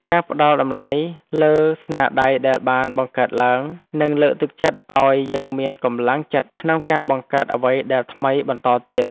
ការផ្តល់តម្លៃលើស្នាដៃដែលបានបង្កើតឡើងនឹងលើកទឹកចិត្តឱ្យយើងមានកម្លាំងចិត្តក្នុងការបង្កើតអ្វីដែលថ្មីបន្តទៀត។